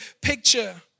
picture